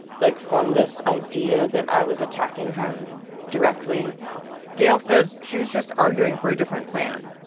like, form this idea that i was attacking her directly gayle says she was just arguing for a different plan.